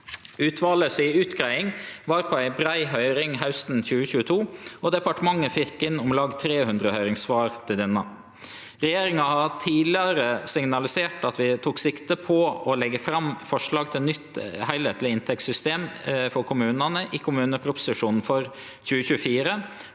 Utvalet si utgreiing var på ei brei høyring hausten 2022, og departementet fekk inn om lag 300 høyringssvar til denne. Regjeringa har tidlegare signalisert at vi tok sikte på å leggje fram forslag til nytt heilskapleg inntektssystem for kommunane i kommuneproposisjonen for 2024,